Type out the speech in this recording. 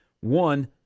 One